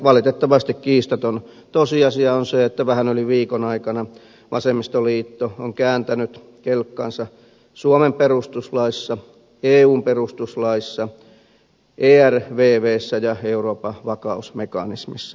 valitettavasti kiistaton tosiasia on se että vähän yli viikon aikana vasemmistoliitto on kääntänyt kelkkansa suomen perustuslaissa eun perustuslaissa ervvssä ja euroopan vakausmekanismissa